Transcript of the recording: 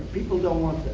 people don't want